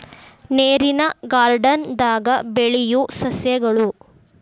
ನೇರಿನ ಗಾರ್ಡನ್ ದಾಗ ಬೆಳಿಯು ಸಸ್ಯಗಳು